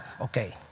okay